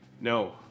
No